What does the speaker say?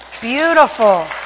Beautiful